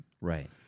Right